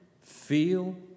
feel